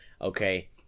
okay